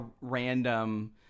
random